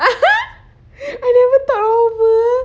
I never thought of her